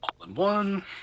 All-in-one